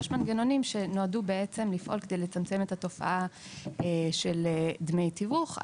יש מנגנונים שנועדי לצמצם את התופעה של דמי התיווך.